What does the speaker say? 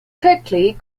quickly